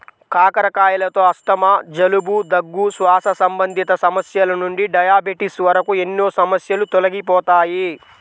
కాకరకాయలతో ఆస్తమా, జలుబు, దగ్గు, శ్వాస సంబంధిత సమస్యల నుండి డయాబెటిస్ వరకు ఎన్నో సమస్యలు తొలగిపోతాయి